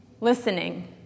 listening